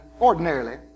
Ordinarily